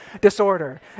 disorder